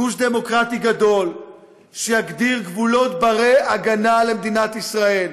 גוש דמוקרטי גדול שיגדיר גבולות בני-הגנה למדינת ישראל,